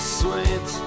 sweet